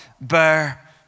Bear